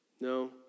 No